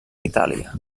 itàlia